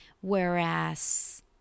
Whereas